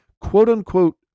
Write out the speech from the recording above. quote-unquote